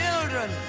children